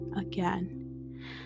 again